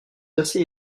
assez